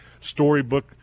storybook